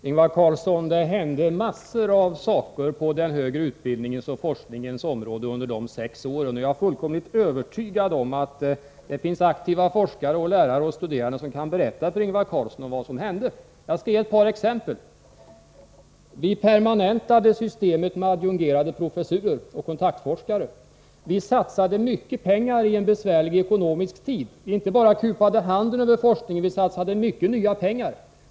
Fru talman! Det hände massor av saker på den högre utbildningens och forskningens område under de sex borgerliga regeringsåren, Ingvar Carlsson. Jag är fullkomligt övertygad om att det finns aktiva forskare, lärare och studerande som kan berätta för Ingvar Carlsson om vad som hände. Jag skall ta ett par exempel. Vi permanentade systemet med adjungerade professurer och kontaktforskare. Vi satsade mycket pengar i en ekonomiskt besvärlig tid. Vi inte bara kupade handen över forskningen, utan vi satsade mycket nya pengar.